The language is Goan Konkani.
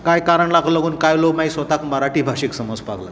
ह्या कारणाक लागून कांय लोक स्वताक मराठी भाशीक समजपाक लागले